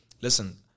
Listen